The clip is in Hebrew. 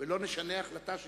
ולא נשנה החלטה שהתקבלה,